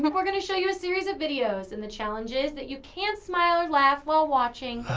we're gonna show you a series of videos and the challenge is that you can't smile or laugh while watching.